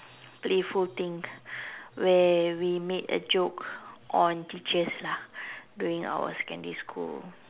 playful things where we made a joke on teachers lah during our secondary school